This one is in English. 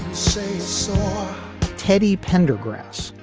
since teddy pendergrass,